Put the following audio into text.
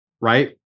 Right